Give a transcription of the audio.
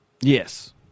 Yes